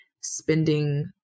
spending